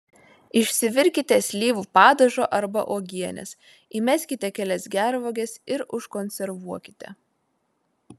išsivirkite slyvų padažo arba uogienės įmeskite kelias gervuoges ir užkonservuokite